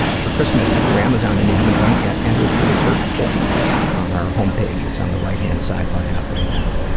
for christmas through amazon and you haven't done it yet, enter through the search portal on our homepage. it's on the right-hand side, about halfway down.